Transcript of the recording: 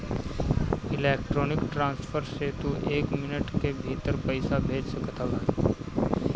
electronic transfer से तू एक मिनट के भीतर पईसा भेज सकत हवअ